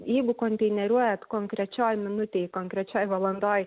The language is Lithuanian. jeigu konteineriuojat konkrečioj minutėj konkrečioj valandoj